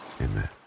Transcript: amen